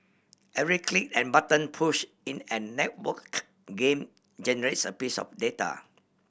every click and button push in an network game generates a piece of data